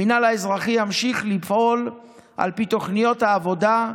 המינהל האזרחי ימשיך לפעול על פי תוכניות העבודה,